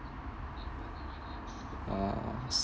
ah